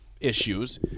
issues